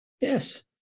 Yes